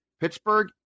Pittsburgh